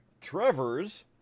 Trevor's